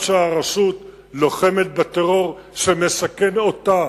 אף-על-פי שהרשות לוחמת בטרור שמסכן אותה,